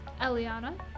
Eliana